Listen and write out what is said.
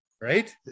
Right